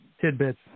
tidbits